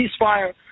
ceasefire